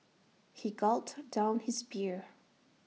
he gulped down his beer